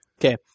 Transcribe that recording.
Okay